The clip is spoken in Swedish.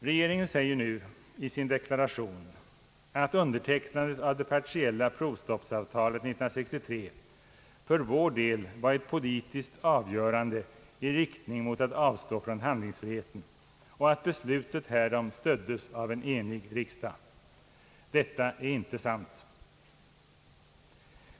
Regeringen säger nu i sin deklaration att undertecknandet av det partiella provstoppsavtalet år 1963 för vår del var ett politiskt avgörande i riktning mot att avstå från handlingsfriheten samt att beslutet härom stöddes av en enig riksdag. Detta är inte sant.